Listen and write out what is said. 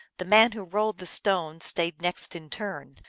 the man who rolled the stone stayed next in turn,